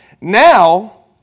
Now